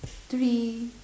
three